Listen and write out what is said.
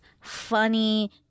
funny